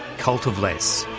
cult of less.